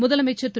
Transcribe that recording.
முதலமைச்சர் திரு